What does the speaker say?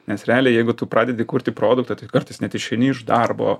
nes realiai jeigu tu pradedi kurti produktą tai kartais net išeini iš darbo